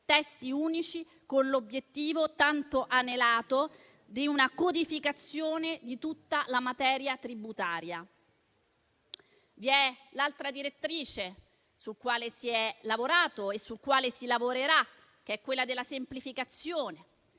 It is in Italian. testi unici con l'obiettivo, tanto anelato, di una codificazione di tutta la materia tributaria. La seconda direttrice sulla quale si è lavorato e si lavorerà è la semplificazione.